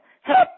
help